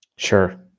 Sure